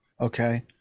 Okay